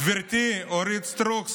גברתי אורית סטרוק,